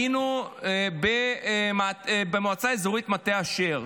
היינו במועצה אזורית מטה אשר.